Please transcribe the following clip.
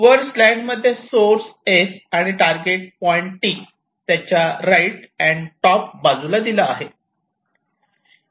वर स्लाईड मध्ये source S आणि टारगेट पॉईंट T त्याच्या राईट आणि टॉप बाजूला आहे दिला आहे